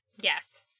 Yes